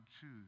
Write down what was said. choose